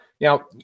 now